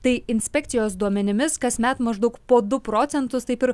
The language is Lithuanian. tai inspekcijos duomenimis kasmet maždaug po du procentus taip ir